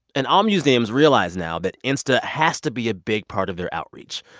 and all museums realize now that insta has to be a big part of their outreach.